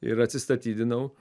ir atsistatydinau